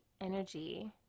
energy